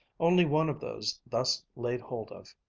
only one of those thus laid hold of,